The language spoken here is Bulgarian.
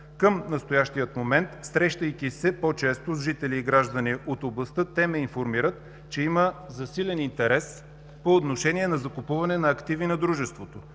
Към настоящия момент, срещайки се все по-често с жители и граждани от областта, те ме информират, че има засилен интерес по отношение на закупване на активи на дружеството,